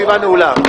הישיבה נעולה.